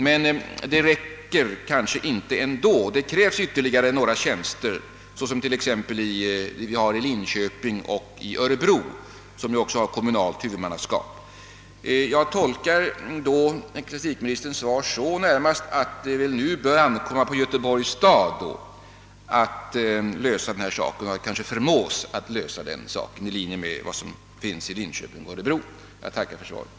Men det räcker inte ändå. Det kan krävas ytterligare några tjänster, sådana som finns exempelvis i Linköping och i Örebro, där man också har kommunalt huvudmannaskap. Jag uppfattar svaret närmast så, att det ankommer på Göteborgs stad att lösa problemet och att staden bör förmås att åstadkomma en lösning i linje med vad som skett i Linköping och Örebro.